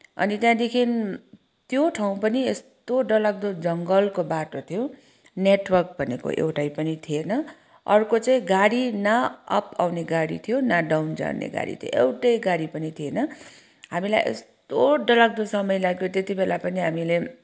अनि त्यहाँदेखि त्यो ठाउँ पनि यस्तो डरलाग्दो जङ्गलको बाटो थियो नेटवर्क भनेको एउटै पनि थिएन अर्को चाहिँ न अप आउने गाडी थियो न डाउन जाने गाडी थियो एउटै गाडी पनि थिएन हामीलाई यस्तो डरलाग्दो समय लाग्यो त्यति बेला पनि हामीले